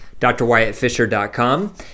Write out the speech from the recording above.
drwyattfisher.com